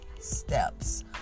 steps